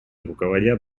руководят